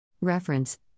Reference